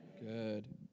Good